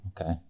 Okay